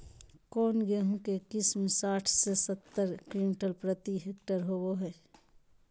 कौन गेंहू के किस्म साठ से सत्तर क्विंटल प्रति हेक्टेयर होबो हाय?